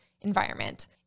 environment